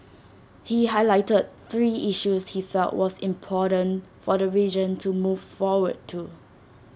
he highlighted three issues he felt was important for the region to move forward to